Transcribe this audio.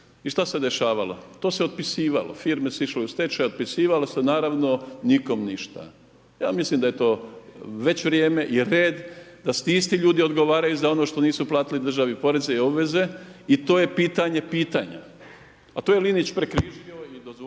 I šta se dešavalo, to se otpisivalo, firme su išle u stečaj, otpisivalo se naravno nikom ništa. Ja mislim da je to već vrijeme i red da ti isti ljudi odgovaraju za ono što nisu platili državi poreze i obveze i to je pitanje pitanja. A to je Linić prekrižio i dozvolio